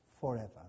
forever